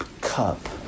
cup